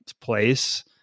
place